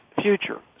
future